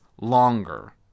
longer